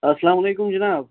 اَسلامُ علیکُم جِناب